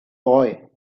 boy